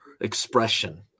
expression